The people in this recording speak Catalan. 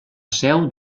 seu